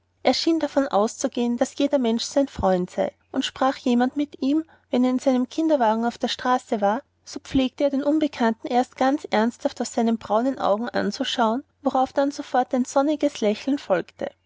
schien davon auszugehen daß jeder mensch sein freund sei und sprach jemand mit ihm wenn er in seinem kinderwagen auf der straße war so pflegte er den unbekannten erst ganz ernsthaft aus seinen braunen augen anzuschauen worauf dann sofort ein sonniges lächeln folgte